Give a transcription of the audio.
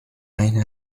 reiner